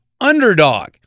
underdog